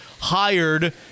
hired